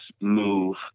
move